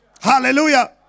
Hallelujah